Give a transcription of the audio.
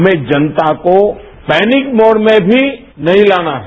हमें जनता को पैनिक मोड में भी नहीं लाना है